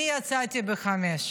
אני יצאתי ב-17:00.